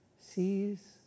sees